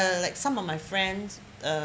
unlike some of my friends uh